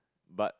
but